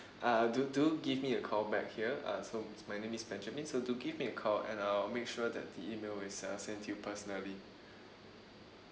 uh do do give me a call back here uh so is my name is benjamin so do give me a call and I'll make sure that the email is uh sent to you personally